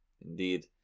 Indeed